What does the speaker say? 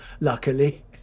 luckily